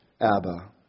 Abba